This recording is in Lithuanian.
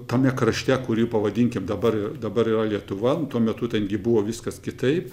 tame krašte kurį pavadinkim dabar dabar yra lietuva tuo metu ten gi buvo viskas kitaip